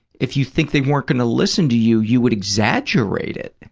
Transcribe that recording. if you think they weren't going to listen to you, you would exaggerate it.